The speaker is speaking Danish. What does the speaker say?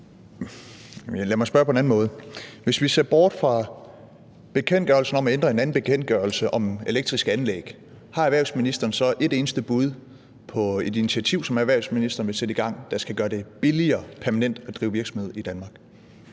Lad mig spørge på en anden måde. Hvis vi ser bort fra bekendtgørelsen om at ændre en anden bekendtgørelse om elektriske anlæg, har erhvervsministeren så et eneste bud på et initiativ, som erhvervsministeren vil sætte i gang, der skal gøre det billigere permanent at drive virksomhed i Danmark?